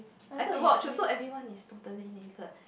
have to watch also everyone is totally naked